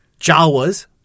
Jawas